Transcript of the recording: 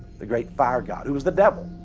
the great fire god who is the devil.